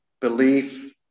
Belief